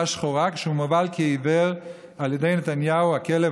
שחורה כשהוא מובל כעיוור על ידי נתניהו הכלב,